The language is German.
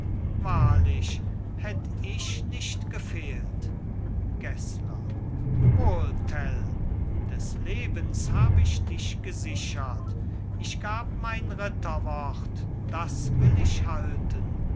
wahrlich hätt ich nicht gefehlt gessler wohl tell des lebens hab ich dich gesichert ich gab mein ritterwort das will ich halten